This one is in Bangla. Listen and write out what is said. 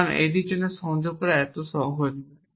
কারণ এটির জন্য সংযোগ করা এত সহজ নয়